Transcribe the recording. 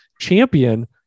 champion